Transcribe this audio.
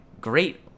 great